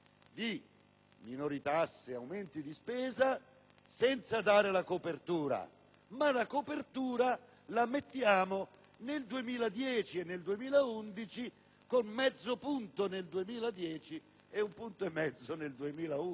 minori tasse e aumenti di spesa senza dare la copertura, ma che la copertura la mettiamo nel 2010 e nel 2011, con mezzo punto nel 2010 e un punto e mezzo nel 2011.